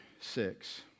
six